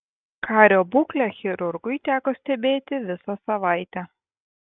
kario būklę chirurgui teko stebėti visą savaitę